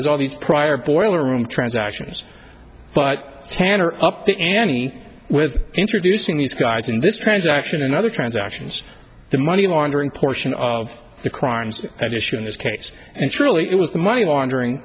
has all these prior boiler room transactions but tanner up to any with introducing these guys in this transaction and other transactions the money laundering portion of the crimes at issue in this case and surely it was the money laundering